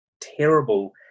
terrible